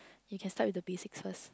you can start with the basics first